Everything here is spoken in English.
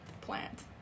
plant